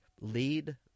lead